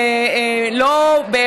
ואת יודעת את זה.